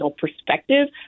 perspective